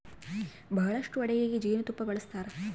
ಬಹಳಷ್ಟು ಅಡಿಗೆಗ ಜೇನುತುಪ್ಪನ್ನ ಬಳಸ್ತಾರ